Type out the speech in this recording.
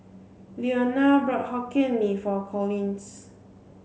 Leona bought Hokkien Mee for Collins